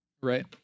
right